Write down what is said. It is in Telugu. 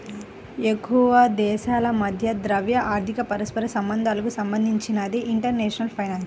ఎక్కువదేశాల మధ్య ద్రవ్య, ఆర్థిక పరస్పర సంబంధాలకు సంబంధించినదే ఇంటర్నేషనల్ ఫైనాన్స్